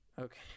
Okay